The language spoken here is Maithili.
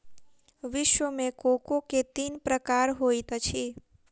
विश्व मे कोको के तीन प्रकार होइत अछि